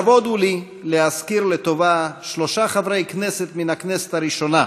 לכבוד הוא לי להזכיר לטובה שלושה חברי כנסת מהכנסת הראשונה